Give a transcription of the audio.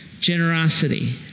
Generosity